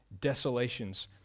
Desolations